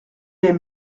aime